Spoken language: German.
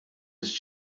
ist